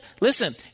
listen